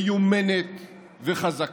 מיומנת וחזקה.